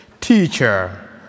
Teacher